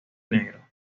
negro